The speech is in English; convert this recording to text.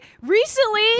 recently